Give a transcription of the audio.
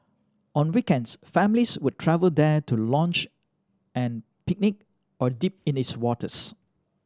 on weekends families would travel there to lounge and picnic or dip in its waters